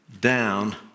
down